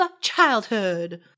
childhood